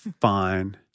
fine